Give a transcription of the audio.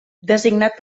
designat